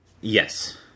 Yes